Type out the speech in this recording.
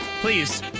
Please